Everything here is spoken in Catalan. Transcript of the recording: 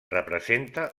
representa